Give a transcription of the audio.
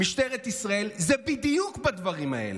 משטרת ישראל, זה בדיוק בדברים האלה.